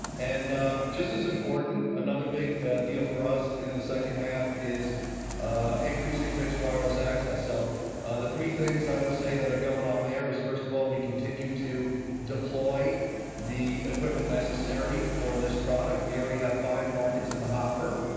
and just as important, another big deal for us in the second half is increasing fixed wireless access. so ah the three things i would say that are going on there is first of all we continue to deploy the equipment necessary for this product. we already have five markets in the hopper.